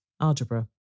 algebra